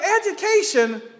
education